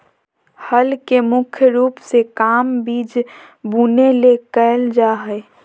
हल के मुख्य रूप से काम बिज बुने ले कयल जा हइ